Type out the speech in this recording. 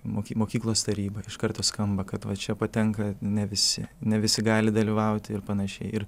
moki mokyklos taryba iš karto skamba kad va čia patenka ne visi ne visi gali dalyvauti ir panašiai ir